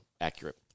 accurate